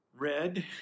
Red